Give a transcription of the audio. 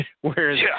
whereas